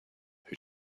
who